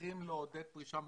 שצריכים לעודד פרישה מוקדמת.